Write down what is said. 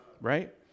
right